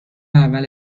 اول